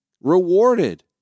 rewarded